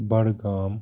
Budgam